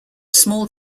small